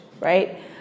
right